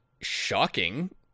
shocking